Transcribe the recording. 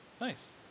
nice